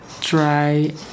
Try